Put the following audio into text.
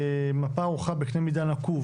מפה ערוכה בקנה מידה נקוב,